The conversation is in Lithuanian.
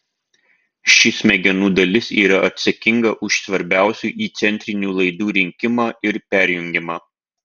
ši smegenų dalis yra atsakinga už svarbiausių įcentrinių laidų rinkimą ir perjungimą